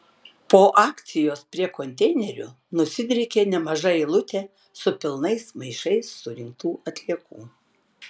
po akcijos prie konteinerių nusidriekė nemaža eilutė su pilnais maišais surinktų atliekų